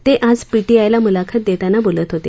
ते आज पीटीआयला मुलाखत देताना बोलत होते